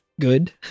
good